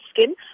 skin